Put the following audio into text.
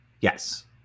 Yes